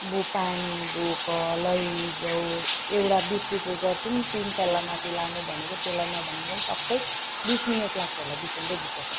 अब पानी बोक लैजाऊ एउटा बिस लिटर जर्किन तिन तला माथी लानु भनेको त्यसलाई नभनेको पनि टक्कै बिस मिनट लाग्छ होला बिसाउँदै बिसाउँदै